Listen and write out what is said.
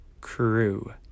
crew